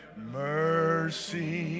Mercy